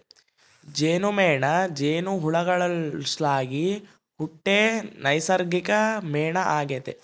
ಜೇನುಮೇಣ ಜೇನುಹುಳುಗುಳ್ಲಾಸಿ ಹುಟ್ಟೋ ನೈಸರ್ಗಿಕ ಮೇಣ ಆಗೆತೆ